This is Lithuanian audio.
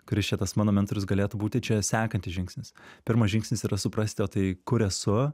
kuris čia tas mano mentorius galėtų būti čia sekantis žingsnis pirmas žingsnis yra suprasti o tai kur esu